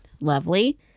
Lovely